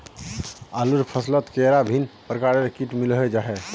आलूर फसलोत कैडा भिन्न प्रकारेर किट मिलोहो जाहा?